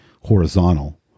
horizontal